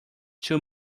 two